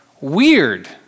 Weird